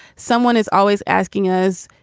someone is always asking us,